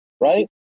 right